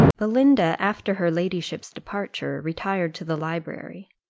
belinda, after her ladyship's departure, retired to the library.